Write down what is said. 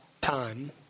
time